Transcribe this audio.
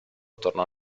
tornò